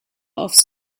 aufs